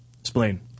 Explain